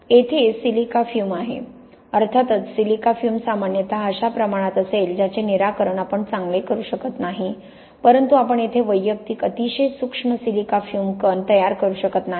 येथे silica fume आहे अर्थातच सिलिका फ्युम सामान्यत अशा प्रमाणात असेल ज्याचे निराकरण आपण फार चांगले करू शकत नाही परंतु आपण येथे वैयक्तिक अतिशय सूक्ष्म सिलिका फ्युम कण तयार करू शकत नाही